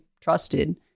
trusted